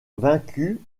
vaincu